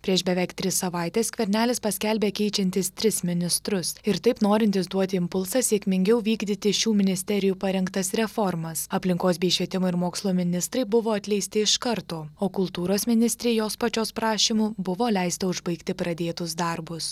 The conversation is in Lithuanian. prieš beveik tris savaites skvernelis paskelbė keičiantis tris ministrus ir taip norintis duoti impulsą sėkmingiau vykdyti šių ministerijų parengtas reformas aplinkos bei švietimo ir mokslo ministrai buvo atleisti iš karto o kultūros ministrė jos pačios prašymu buvo leista užbaigti pradėtus darbus